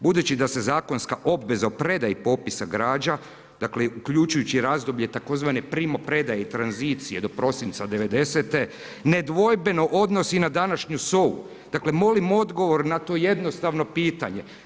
Budući da se zakonska obveza o predaji popisa građa, dakle uključujući razdoblje tzv. primopredaje i tranzicije do prosinca '90. nedvojbeno odnosi i na današnju SOA-u, dakle molim odgovor na to jednostavno pitanje.